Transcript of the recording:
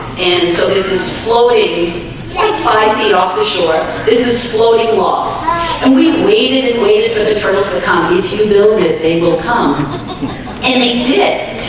and so this is floating five feet off the shore. this is floating law and we waited and waited for the term of the company if you build it they will come and they did